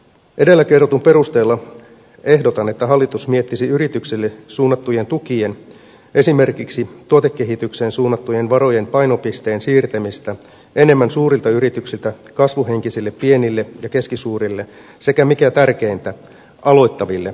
edellä kerrotun perusteella ehdotan että hallitus miettisi yrityksille suunnattujen tukien esimerkiksi tuotekehitykseen suunnattujen varojen painopisteen siirtämistä enemmän suurilta yrityksiltä kasvuhenkisille pienille ja keskisuurille sekä mikä tärkeintä aloittaville yrityksille